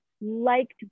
liked